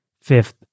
Fifth